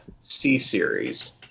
C-Series